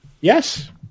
Yes